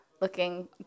looking